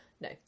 no